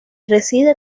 reside